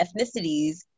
ethnicities